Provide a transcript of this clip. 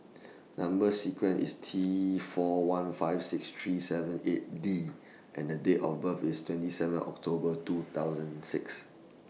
Number sequence IS T four one five six three seven eight D and Date of birth IS twenty seven October two thousand six